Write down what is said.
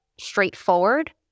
straightforward